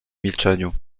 milczeniu